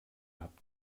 habt